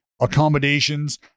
accommodations